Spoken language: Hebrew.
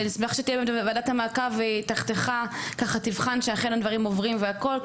ונשמח שוועדת המעקב תחתיך תבחן שהדברים אכן עוברים והכל,